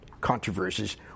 controversies